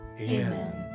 Amen